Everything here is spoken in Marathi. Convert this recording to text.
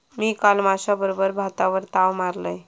मी काल माश्याबरोबर भातावर ताव मारलंय